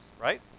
right